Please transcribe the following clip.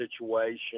situation